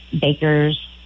bakers